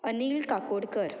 Anil Kakodkar